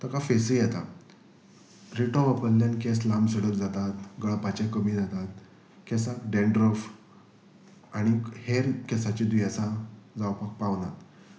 ताका फेसूय येता रेटो वापरल्यान केंस लांब सडक जातात गळपाचे कमी जातात केंसक डेंड्रफ आनी हेर केंसाची दुयेंसां जावपाक पावनात